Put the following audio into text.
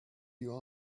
you